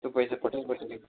त्यस्तो पैसा पठाई पठाई